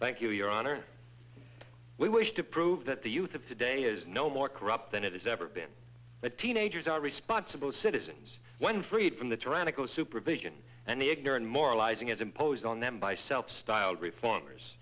thank you your honor we wish to prove that the youth of today is no more corrupt than it has ever been the teenagers are responsible citizens when freed from the tyrannical supervision and the ignorant moralizing is imposed on them by self styled reformers